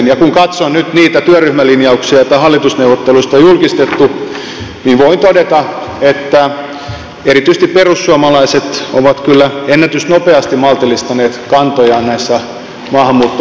ja kun katson nyt niitä työryhmälinjauksia joita hallitusneuvotteluista on julkistettu niin voin todeta että erityisesti perussuomalaiset ovat kyllä ennätysnopeasti maltillistaneet kantojaan näissä maahanmuutto ja ulkomaalaiskysymyksissä